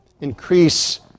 increase